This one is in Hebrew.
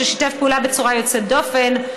ששיתף פעולה בצורה יוצאת דופן,